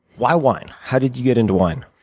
why wine? how did you get into wine?